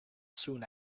soon